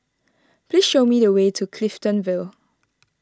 please show me the way to Clifton Vale